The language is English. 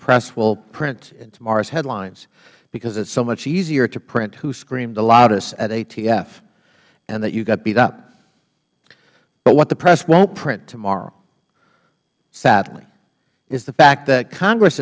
press will print in tomorrow's headlines because it's so much easier to print who screamed the loudest at atf and that you got beat up but what the press won't print tomorrow sadly is the fact that congress